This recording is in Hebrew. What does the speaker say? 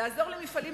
לסייע למפעל?